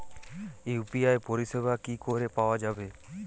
UPI পরিষেবা কি করে পাওয়া যাবে?